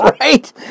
Right